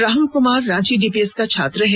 Rahul Kumar Ranchi DPS का छात्र है